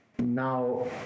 Now